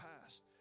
past